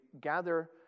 gather